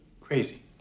Crazy